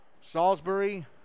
Salisbury